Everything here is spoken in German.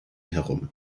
herum